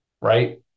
right